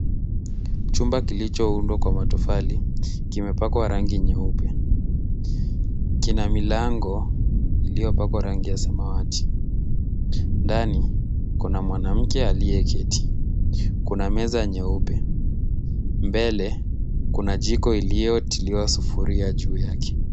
Chumba kilichoundwa kwa matofali kimepakwa rangi nyeupe. Kina milango iliyopakwa rangi ya samawati. Ndani kuna mwanamke aliyeketi. Kuna meza nyeupe. Mbele kuna jiko iliyotiliwa sufuria juu yake.